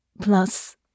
Plus